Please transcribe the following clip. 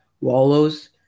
Wallows